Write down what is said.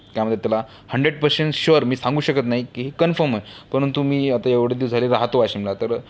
काय म्हणतात त्याला हंड्रेड पर्सेंट शुअर मी सांगू शकत नाही की कन्फर्म आहे परंतु मी आता एवढे दिवस झाले राहतो वाशिमला तर